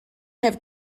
have